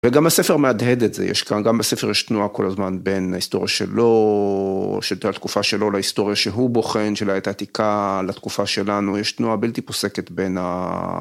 וגם הספר מהדהד את זה יש כאן גם בספר יש תנועה כל הזמן בין ההיסטוריה שלו של התקופה שלו להיסטוריה שהוא בוחן של העת העתיקה לתקופה שלנו יש תנועה בלתי פוסקת בין.